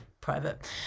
private